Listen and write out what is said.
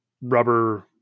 rubber